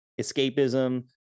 escapism